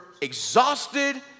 exhausted